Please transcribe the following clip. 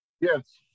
Yes